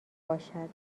باشد